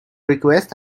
request